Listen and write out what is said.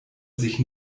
sich